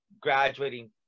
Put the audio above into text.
graduating